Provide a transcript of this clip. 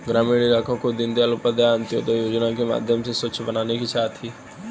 ग्रामीण इलाकों को दीनदयाल उपाध्याय अंत्योदय योजना के माध्यम से स्वच्छ बनाने की चाह थी